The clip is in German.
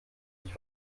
ich